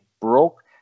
broke